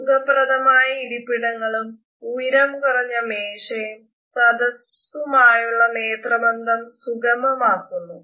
സുഖപ്രദമായ ഇരിപ്പിടങ്ങളും ഉയരം കുറഞ്ഞ മേശയും സദസുമായുള്ള നേത്രബന്ധം സുഗമമാക്കുന്നു